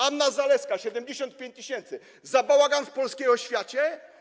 Anna Zalewska - 75 tys. Za bałagan w polskiej oświacie?